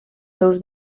seus